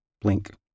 Blink